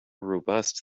robust